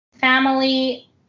Family